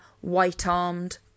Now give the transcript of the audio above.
white-armed